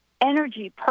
energy